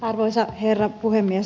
arvoisa herra puhemies